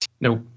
Nope